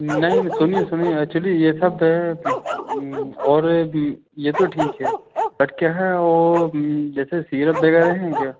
नहीं सुनिए सुनिए एक्चुली ये सब और भी ये तो ठीक है बट क्या है वो जैसे सिरप वगैरह हैं क्या